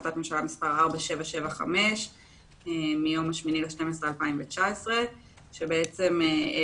החלטת ממשלה מס' 4775 מיום ה-8.12.2019 שהאריכה